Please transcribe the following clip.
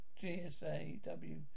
G-S-A-W